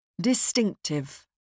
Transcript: Distinctive